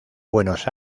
buenos